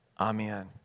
Amen